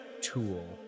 tool